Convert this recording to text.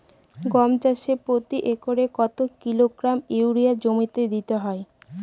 গম চাষে প্রতি একরে কত কিলোগ্রাম ইউরিয়া জমিতে দিতে হয়?